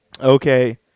Okay